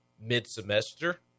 mid-semester